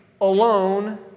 alone